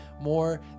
more